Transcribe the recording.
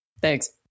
Thanks